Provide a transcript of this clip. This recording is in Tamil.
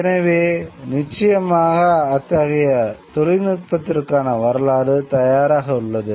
எனவே நிச்சயமாக அத்தகைய தொழில்நுட்பத்திற்கான வரலாறு தயாராக உள்ளது